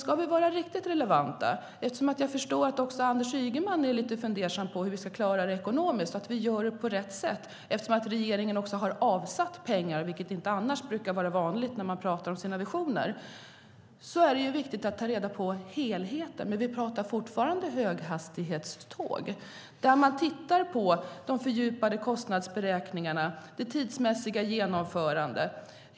Jag förstår att också Anders Ygeman är lite fundersam på hur vi ska klara det ekonomiskt och hur vi gör det på rätt sätt. Regeringen har också avsatt pengar. Det brukar annars inte vara vanligt när man talar om sina visioner. Det är viktigt att ta reda på helheten. Vi talar fortfarande om höghastighetståg. Man tittar på de fördjupade kostnadsberäkningarna och det tidsmässiga genomförandet.